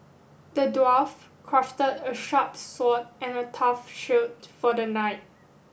the dwarf crafted a sharp sword and a tough shield for the knight